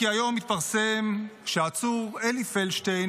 כי היום התפרסם שהעצור אלי פלדשטיין